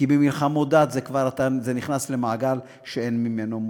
כי במלחמות דת נכנסים למעגל שאין ממנו מוצא.